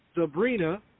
Sabrina